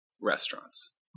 restaurants